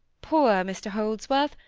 poor mr holdsworth,